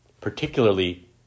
particularly